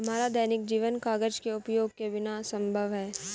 हमारा दैनिक जीवन कागज के उपयोग के बिना असंभव है